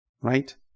Right